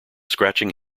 scratching